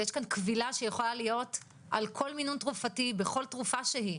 ויש פה קבילה שיכולה להיות על כל מינון תרופתי בכל תרופה שהיא.